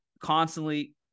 constantly